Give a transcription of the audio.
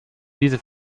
diese